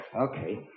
okay